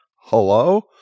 Hello